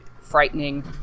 Frightening